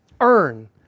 earn